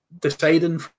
deciding